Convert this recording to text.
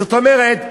זאת אומרת,